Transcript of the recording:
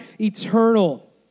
eternal